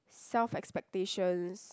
self expectations